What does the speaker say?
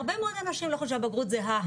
הרבה אנשים לא חושבים שהבגרות זה הא.